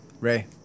Ray